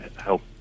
help